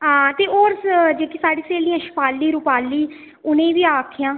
हां ते होर जेह्की साढ़ी सेह्लियां शेफाली रूपाली उ'नें ई बी आक्खेआं